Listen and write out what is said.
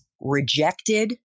rejected